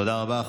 תודה רבה.